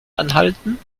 anhalten